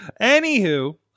Anywho